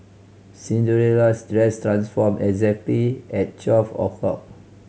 Cinderella's dress transformed exactly at twelve o'clock